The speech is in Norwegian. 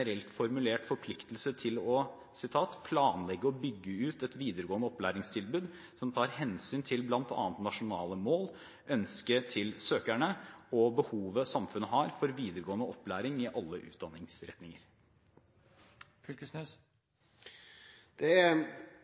formulert forpliktelse til å « planlegge og bygge ut et videregående opplæringstilbud som tar hensyn til blant annet nasjonale mål, søkernes ønsker og behovet samfunnet har for videregående opplæring i alle utdanningsretninger